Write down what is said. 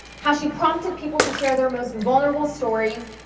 how she prompted people to share their most vulnerable stories,